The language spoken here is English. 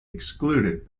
excluded